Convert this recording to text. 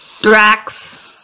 Drax